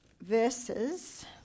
verses